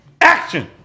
Action